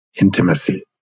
intimacy